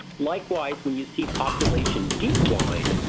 likewise when you see population decline